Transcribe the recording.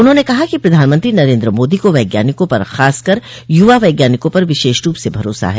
उन्होंने कहा कि प्रधानमंत्री नरेन्द्र मोदी को वैज्ञानिकों पर खासकर युवा वैज्ञानिकों पर विशेष रूप से भरोसा है